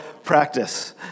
Practice